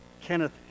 Kenneth